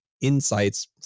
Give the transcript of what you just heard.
insights